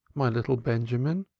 my little benjamin,